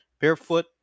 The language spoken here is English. barefoot